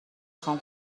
خوام